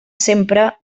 sempre